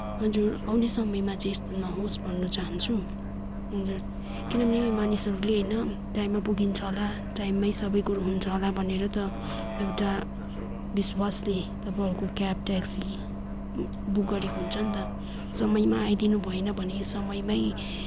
हजुर आउने समयमा चाहिँ यस्तो नहोस् भन्न चाहन्छु हजुर किनभने मानिसहरूले होइन टाइममा पुगिन्छ होला टाइममै सबै कुरो हुन्छ होला भनेर त एउटा विश्वासले तपाईँहरूको क्याब ट्याक्सी बुक गरेको हुन्छ नि त समयमा आइदिनुभएन भने समयमै